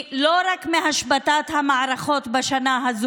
חשבתי שכבר ראיתי הכול.